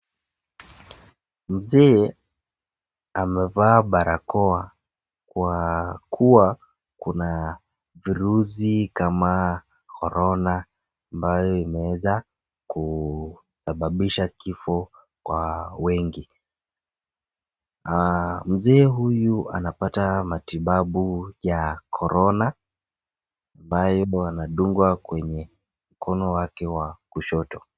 Mzee amevaa barakoa kwa kuwa kuna virusi kama korona ambayo imeweza kusababisha kifo kwa wengi. Mzee huyu anapata matibabu ya korona ambayo anadungwa kwenye mkono wake wa kushoto.